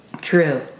True